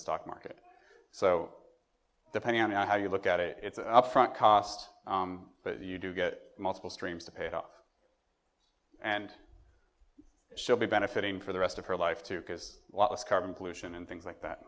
the stock market so depending on how you look at it it's an upfront cost but you do get multiple streams to pay off and should be benefiting for the rest of her life too because a lot of carbon pollution and things like that